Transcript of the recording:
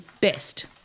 best